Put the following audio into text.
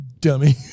dummy